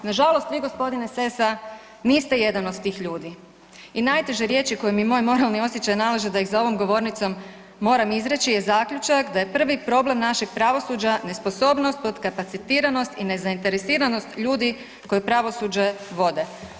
Nažalost vi gospodine Sessa niste jedan od tih ljudi i najteže riječi koje mi moralni osjećaj nalaže da ih za ovom govornicom moram izreći je zaključak da je prvi problem našeg pravosuđa nesposobnost, podkapacitiranost i nezainteresiranost ljudi koji pravosuđe vode.